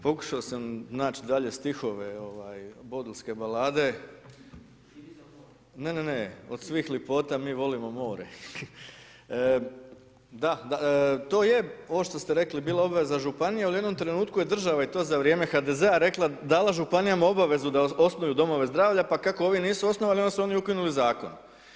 Pokušao sam nać' dalje stihove, ovaj, bodulske balade, ne, ne, ne, „od svih lipota, mi volimo more“, da, to je ono što ste rekli bila obveza Županije, ali u jednom trenutku je država, i to za vrijeme HDZ-a, rekla, dala Županijama obavezu da osnuju Domove zdravlja, pa kako ovi nisu osnovali, onda su oni ukinuli Zakon.